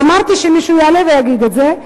אמרתי שמישהו יעלה ויגיד את זה,